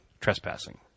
trespassing